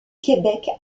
québec